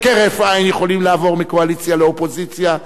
שכהרף עין יכולים לעבור מקואליציה לאופוזיציה.